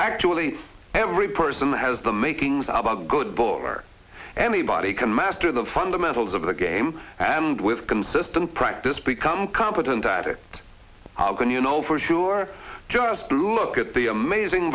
actually every person has the makings of a good bowler anybody can master the fundamentals of the game and with consistent practice become competent at it how can you know for sure just to look at the amazing